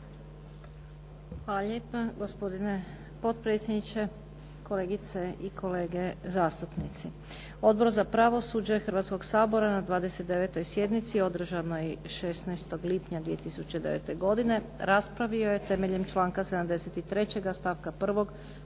Hvala lijepa gospodine potpredsjedniče, kolegice i kolege zastupnici. Odbor za pravosuđe Hrvatskog sabora na 29. sjednici održanoj 16. lipnja 2009. godine raspravio je temeljem članka 73. stavka 1.